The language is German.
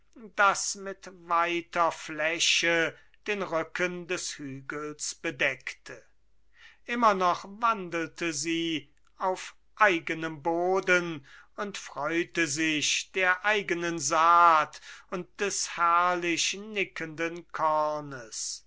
das mit weiter fläche den rücken des hügels bedeckte immer noch wandelte sie auf eigenem boden und freute sich der eigenen saat und des herrlich nickenden kornes